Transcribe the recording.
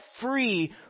free